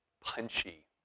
punchy